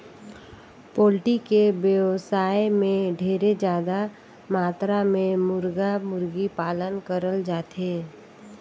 poultry के बेवसाय में ढेरे जादा मातरा में मुरगा, मुरगी पालन करल जाथे